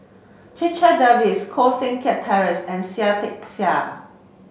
Checha Davies Koh Seng Kiat Terence and Seah Peck Seah